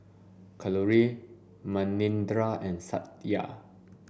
Kalluri Manindra and Satya